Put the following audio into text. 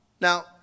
Now